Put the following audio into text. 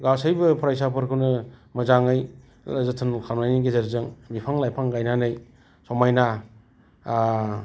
गासैबो फरायसाफोरखौनो मोजाङै जोथोनलु खालामनायनि गेजेरजों बिफां लाइफां गायनानै समायना